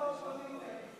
הכנסת נתקבלה.